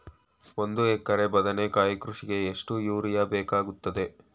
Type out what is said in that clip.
ಒಂದು ಎಕರೆ ಬದನೆಕಾಯಿ ಕೃಷಿಗೆ ಎಷ್ಟು ಯೂರಿಯಾ ಬೇಕಾಗುತ್ತದೆ?